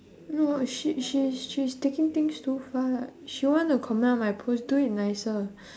no she she is she is taking things too far she want to comment on my post do it nicer